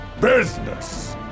business